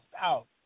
out